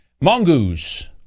Mongoose